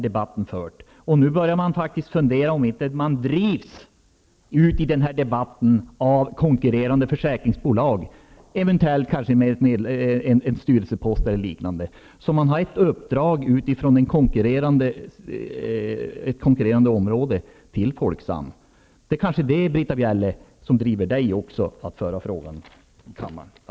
Det finns faktiskt funderingar om man inte i den här debatten drivs av konkurrerande försäkringsbolag, eventuellt med hjälp av styrelseposter eller liknande. Det skulle betyda ett uppdrag från konkurrenter till Folksam. Det är kanske det som driver också Britta Bjelle att diskutera frågan i kammaren.